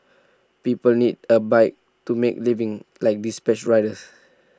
people need A bike to make living like dispatch riders